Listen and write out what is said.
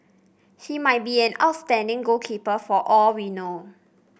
he might be an outstanding goalkeeper for all we know